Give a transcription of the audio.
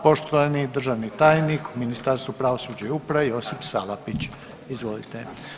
Poštovani državni tajnik u Ministarstvu pravosuđa i uprave Josip Salapić, izvolite.